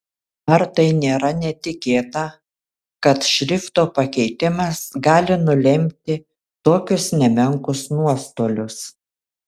ar tai nėra netikėta kad šrifto pakeitimas gali nulemti tokius nemenkus nuostolius